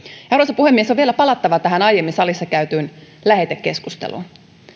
arvoisa puhemies on vielä palattava tähän aiemmin salissa käytyyn lähetekeskusteluun